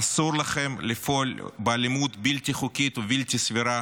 אסור לכם לפעול באלימות בלתי חוקית ובלתי סבירה